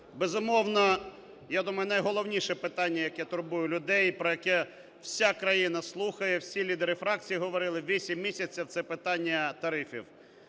безумовно, я думаю, найголовніше питання, яке турбує людей, про яке вся країна слухає, всі лідери фракцій говорили вісім місяців, - це питання тарифів.